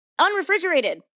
unrefrigerated